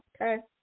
Okay